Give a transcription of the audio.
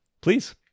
Please